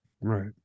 Right